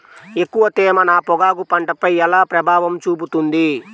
ఎక్కువ తేమ నా పొగాకు పంటపై ఎలా ప్రభావం చూపుతుంది?